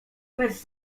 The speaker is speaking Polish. bez